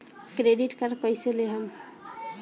Credit card कईसे लेहम?